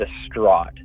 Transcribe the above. distraught